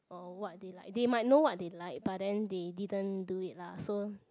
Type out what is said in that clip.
or what they like they might know what they like but then they didn't do it lah so